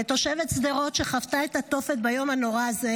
כתושבת שדרות שחוותה את התופת ביום הנורא הזה,